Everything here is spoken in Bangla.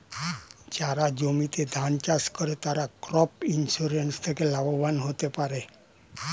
যারা জমিতে ধান চাষ করে তারা ক্রপ ইন্সুরেন্স থেকে লাভবান হতে পারে